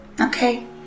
Okay